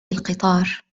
القطار